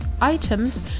items